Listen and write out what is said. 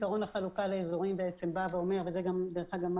עיקרון החלוקה לאזורים ודרך אגב,